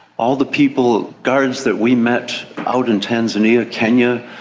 all the people, guards that we met out in tanzania, kenya,